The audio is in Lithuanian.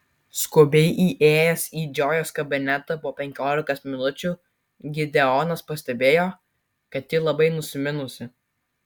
skubiai įėjęs į džojos kabinetą po penkiolikos minučių gideonas pastebėjo kad ji labai nusiminusi